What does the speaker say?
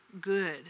good